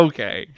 Okay